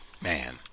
man